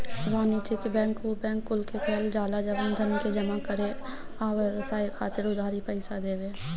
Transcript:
वाणिज्यिक बैंक उ बैंक कुल के कहल जाला जवन धन के जमा करे आ व्यवसाय खातिर उधारी पईसा देवे